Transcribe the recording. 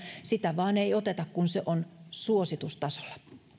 sitä vain ei oteta kun se on suositustasolla